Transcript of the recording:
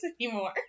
anymore